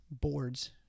boards